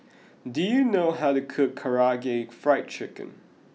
do you know how to cook Karaage Fried Chicken